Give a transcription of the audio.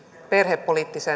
perhepoliittista